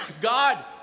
God